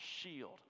shield